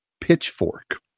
pitchfork